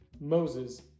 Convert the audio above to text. Moses